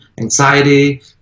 anxiety